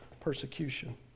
persecution